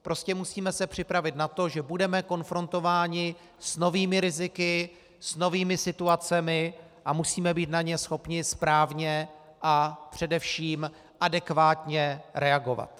Prostě musíme se připravit na to, že budeme konfrontováni s novými riziky, s novými situacemi a musíme být na ně schopni správně a především adekvátně reagovat.